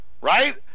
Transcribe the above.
Right